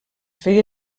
feia